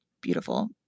Beautiful